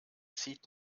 zieht